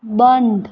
બંધ